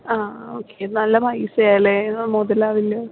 ആ ഓക്കേ നല്ല പൈസയാണല്ലെ മുതലാവില്ല